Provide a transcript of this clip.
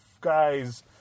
guys